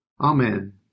Amen